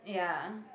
ya